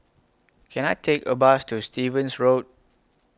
Can I Take A Bus to Stevens Road